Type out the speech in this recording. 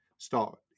start